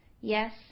Yes